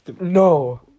No